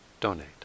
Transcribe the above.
donate